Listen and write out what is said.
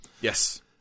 Yes